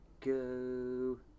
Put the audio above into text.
go